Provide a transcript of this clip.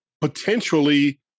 potentially